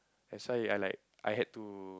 that's why I like I had to